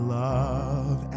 love